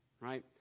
right